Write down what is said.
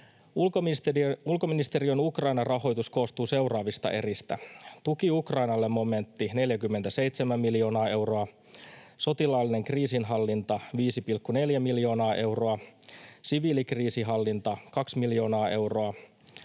Ulkoministeriön Ukraina-rahoitus koostuu seuraavista eristä: tuki Ukrainalle -momentti, 47 miljoonaa euroa; sotilaallinen kriisinhallinta, 5,4 miljoonaa euroa; siviilikriisinhallinta, kaksi miljoonaa euroa;